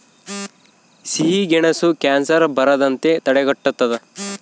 ಸಿಹಿಗೆಣಸು ಕ್ಯಾನ್ಸರ್ ಬರದಂತೆ ತಡೆಗಟ್ಟುತದ